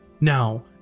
Now